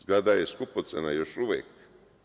Zgrada je skupocena još uvek.